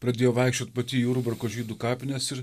pradėjo vaikščiot pati į jurbarko žydų kapines ir